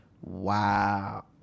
Wow